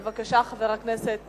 בבקשה, חבר הכנסת